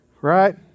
Right